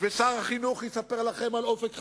ושר החינוך יספר לכם על "אופק חדש",